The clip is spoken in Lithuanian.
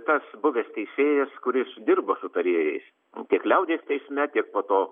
tas buvęs teisėjas kuris dirbo su tarėjais tiek liaudies teisme tiek po to